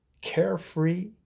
carefree